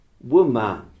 woman